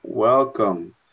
Welcome